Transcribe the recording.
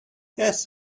yes